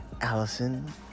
Allison